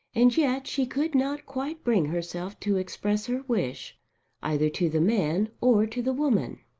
and yet she could not quite bring herself to express her wish either to the man or to the woman.